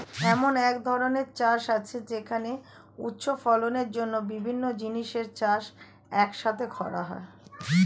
এমন এক ধরনের চাষ আছে যেখানে উচ্চ ফলনের জন্য বিভিন্ন জিনিসের চাষ এক সাথে করা হয়